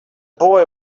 boy